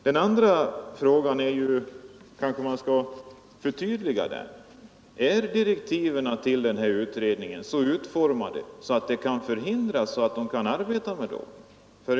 Den andra frågan kanske jag skall förtydliga: Är direktiven till den här utredningen så utformade att de kan förhindra utredningens arbete?